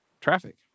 traffic